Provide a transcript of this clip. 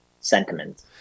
sentiments